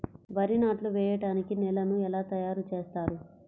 వరి నాట్లు వేయటానికి నేలను ఎలా తయారు చేస్తారు?